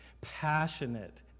passionate